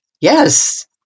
Yes